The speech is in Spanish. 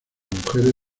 mujeres